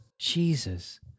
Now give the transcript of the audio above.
Jesus